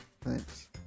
thanks